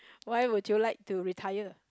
why would you like to retire